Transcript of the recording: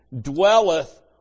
dwelleth